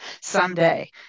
someday